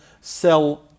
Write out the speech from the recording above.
sell